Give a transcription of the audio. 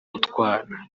utwana